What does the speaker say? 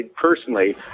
personally